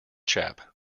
chap